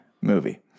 movie